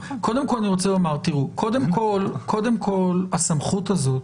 אני רוצה לומר שהסמכות הזאת